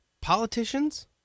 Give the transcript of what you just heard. Politicians